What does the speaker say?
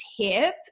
tip